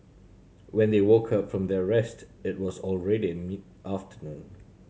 when they woke up from their rest it was already mid afternoon